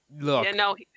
Look